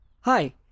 Hi